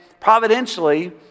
providentially